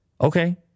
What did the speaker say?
okay